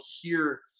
hear